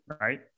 right